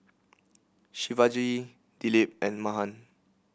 Shivaji Dilip and Mahan